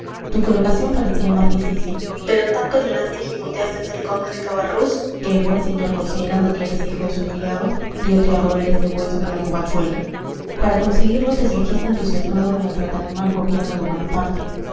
tu colocación parecía más difícil pero tanto lloraste y gimoteaste ante el conde de cabarrús que el buen señor considerando que eres hijo de su criado diote a roer ese hueso de la covachuela para conseguirlo te fingiste entusiasmado con el fraternal gobierno de